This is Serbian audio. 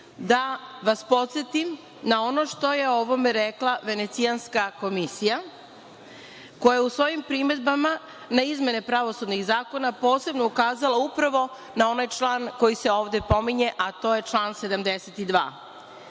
da vas podsetim na ono što je o ovome rekla Venecijanska komisija koja u svojim primedbama na izmene pravosudnih zakona posebno ukazala upravo na ovaj član koji se ovde pominje, a to je član 72.